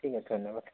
ঠিক আছে ধন্যবাদ